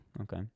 Okay